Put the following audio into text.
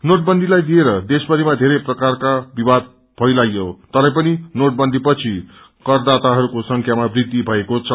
नोटवन्चीलाई लिएर देश्रादेशभरिमा धेरै प्रकारको विवाद फैलाइयो तरैपनि नोटबन्दीपदि करदाताहरूको संखमा वृद्धि भएको छ